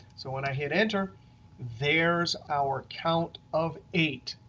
so when i hit enter there's our count of eight.